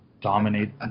dominate